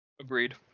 Agreed